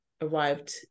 arrived